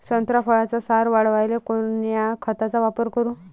संत्रा फळाचा सार वाढवायले कोन्या खताचा वापर करू?